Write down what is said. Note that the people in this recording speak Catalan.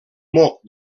moc